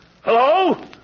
Hello